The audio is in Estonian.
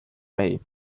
mehi